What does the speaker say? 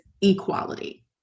equality